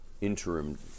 interim